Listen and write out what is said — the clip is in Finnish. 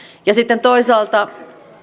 sitten toisaalta